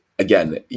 Again